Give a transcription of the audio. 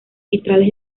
vitrales